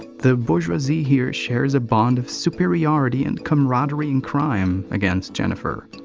the bourgeoisie here shares a bond of superiority and comeraderie in crime against jennifer.